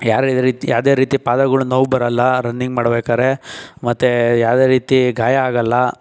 ಯಾವುದೇ ರೀತಿ ಯಾವುದೇ ರೀತಿ ಪಾದಗಳು ನೋವು ಬರಲ್ಲ ರನ್ನಿಂಗ್ ಮಾಡ್ಬೇಕಾದ್ರೆ ಮತ್ತು ಯಾವುದೇ ರೀತಿ ಗಾಯ ಆಗಲ್ಲ